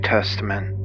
Testament